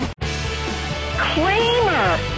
Kramer